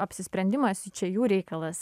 apsisprendimas čia jų reikalas